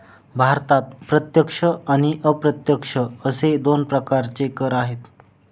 भारतात प्रत्यक्ष आणि अप्रत्यक्ष असे दोन प्रकारचे कर आहेत